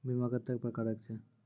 बीमा कत्तेक प्रकारक छै?